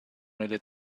nelle